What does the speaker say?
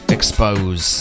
expose